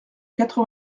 quatre